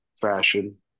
fashion